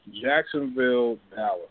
Jacksonville-Dallas